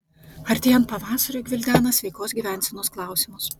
artėjant pavasariui gvildena sveikos gyvensenos klausimus